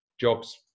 jobs